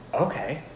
okay